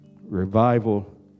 Revival